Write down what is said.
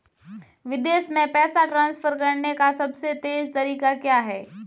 विदेश में पैसा ट्रांसफर करने का सबसे तेज़ तरीका क्या है?